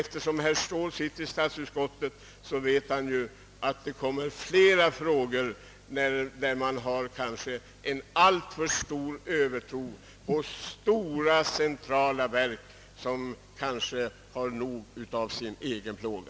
Eftersom herr Ståhl sitter i statsutskottet vet han ju, att vi får behandla flera frågor där man ger uttryck för en kanske alltför stor övertro på stora centrala verk, som har nog av sin egen plåga.